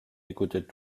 écoutait